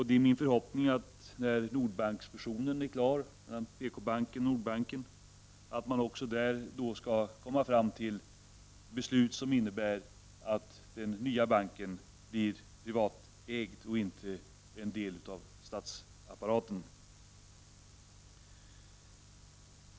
Det är min förhoppning att man, när fusionen mellan Nordbanken och PKbanken är klar, skall fatta ett beslut som innebär att den nya banken blir privatägd och inte en del av statsapparaten.